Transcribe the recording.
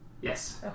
Yes